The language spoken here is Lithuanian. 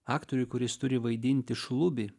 aktoriui kuris turi vaidinti šlubį